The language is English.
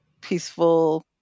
peaceful